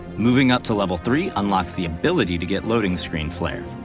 moving up to level three unlocks the ability to get loading screen flair.